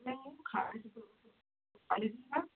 नहीं